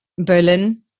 Berlin